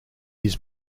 his